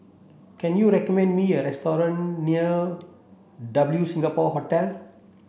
can you recommend me a restaurant near W Singapore Hotel